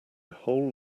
whole